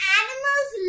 animals